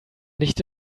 nicht